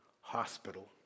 hospital